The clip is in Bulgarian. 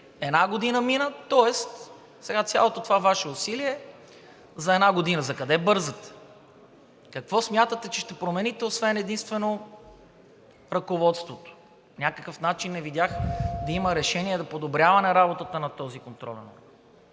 Една година мина, тоест сега цялото това Ваше усилие е за една година. Закъде бързате? Какво смятате, че ще промените, освен единствено ръководството? Някакъв начин не видях да има решение за подобряване работата на този контролен орган.